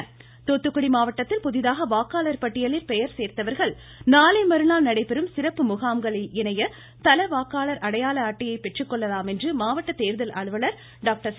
தூத்துக்குடி வாக்காளர் பட்டியல் தூத்துக்குடி மாவட்டத்தில் புதிதாக வாக்காளர் பட்டியலில் பெயர் சேர்த்தவர்கள் நாளைமறுநாள் நடைபெறும் சிறப்பு முகாம்கள் இணைய தள வாக்காளர் அடையாள அட்டையை பெற்றுக்கொள்ளலாம் என்று மாவட்ட தேர்தல் அலுவலர் டாக்டர் கே